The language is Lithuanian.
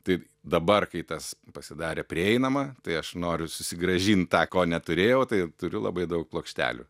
taip dabar kai tas pasidarė prieinama tai aš noriu susigrąžint tą ko neturėjau tai ir turiu labai daug plokštelių